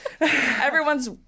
Everyone's